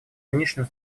нынешним